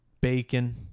bacon